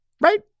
Right